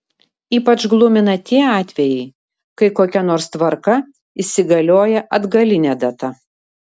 ypač glumina tie atvejai kai kokia nors tvarka įsigalioja atgaline data